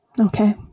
Okay